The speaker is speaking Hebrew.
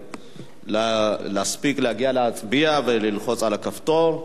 להספיק להגיע להצביע וללחוץ על הכפתור.